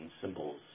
symbols